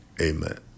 amen